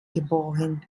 geboren